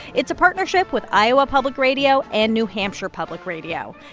it's a partnership with iowa public radio and new hampshire public radio.